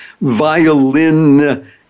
violin